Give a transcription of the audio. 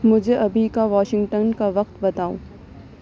مجھےابھی کا واشنگٹن کا وقت بتاؤ